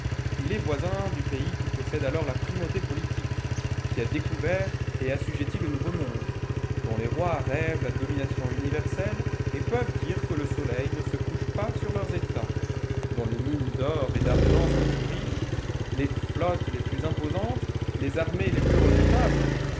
il est voisin du pays qui possède alors la primauté politique qui a découvert et assujetti le nouveau-monde dont les rois rêvent la domination universelle et peuvent dire que le soleil ne se couche pas sur leurs etats dont les mines d'or et d'argent sont les plus riches les flottes les plus imposantes les armées les plus redoutables